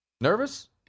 Nervous